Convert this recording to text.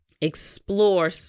explore